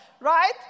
right